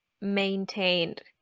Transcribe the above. maintained